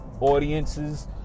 audiences